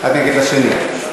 לשני.